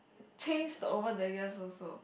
changed over the years also